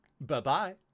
Bye-bye